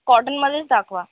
कॉटनमध्येच दाखवा